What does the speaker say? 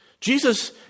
Jesus